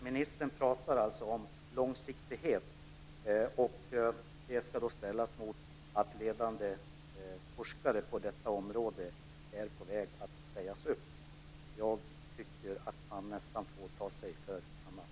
Ministern pratar om långsiktighet, och det ska ställas mot att ledande forskare på detta område är på väg att sägas upp. Jag tycker att man nästan får ta sig för pannan.